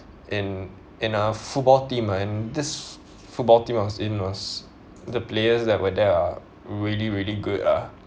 in in a football team ah and this football team I was in was the players that were there are really really good ah